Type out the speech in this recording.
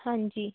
हाँ जी